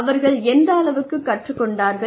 அவர்கள் எந்த அளவுக்கு கற்றுக்கொண்டார்கள்